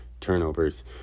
turnovers